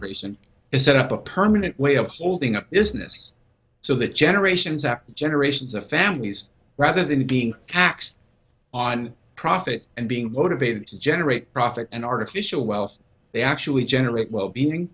person is set up a permanent way of holding up this mess so that generations after generations of families rather than being taxed on profit and being motivated to generate profit and artificial wealth they actually generate wealth being